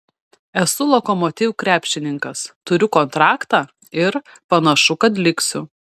esu lokomotiv krepšininkas turiu kontraktą ir panašu kad liksiu